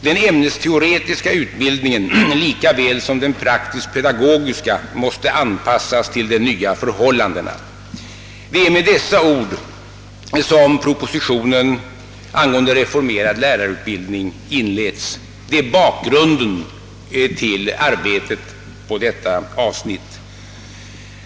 Den ämnesteoretiska utbildningen likaväl som den praktiskpedagogiska måste anpassas till de nya förhållandena.» Med dessa ord inledes propositionen angående reformerad lärarutbildning. Det är bakgrunden till arbetet på detta avsnitt.